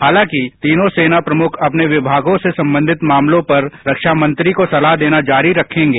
हालांकि तीनों सेना प्रमुख अपने विभागों से संबंधित मामलों पर रक्षामंत्री को सलाह देना जारी रखेंगे